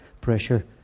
pressure